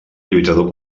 lluitador